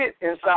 inside